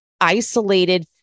isolated